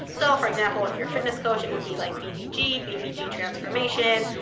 so for example, if you're a fitness coach, it would be like bbg, bbgtransformation,